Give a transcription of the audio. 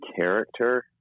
character